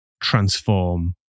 transform